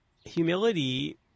humility